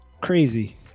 crazy